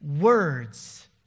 words